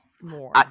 more